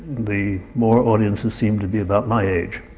the more audiences seem to be about my age.